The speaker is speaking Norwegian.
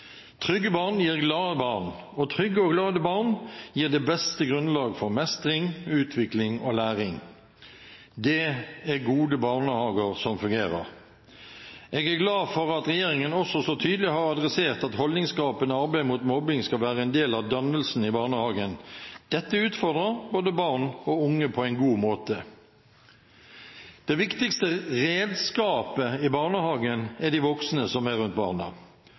Trygge barn gir glade barn, og trygge og glade barn gir det beste grunnlaget for mestring, utvikling og læring. Det er gode barnehager som fungerer. Jeg er glad for at regjeringen også så tydelig har adressert at holdningsskapende arbeid mot mobbing skal være en del av dannelsen i barnehagen. Dette utfordrer både barn og unge på en god måte. Det viktigste «redskapet» i barnehagen er de voksne som er rundt barna.